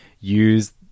Use